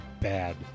bad